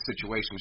situation